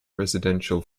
residential